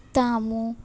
తాము